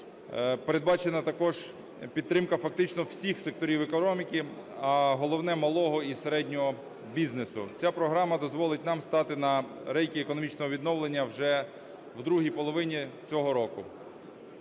Передбачена також підтримка фактично всіх секторів економіки, а головне, малого і середнього бізнесу. Ця програма дозволить нам стати на рейки економічного відновлення вже в другій половині цього року.